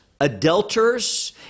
adulterers